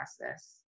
process